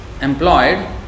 Employed